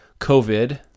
COVID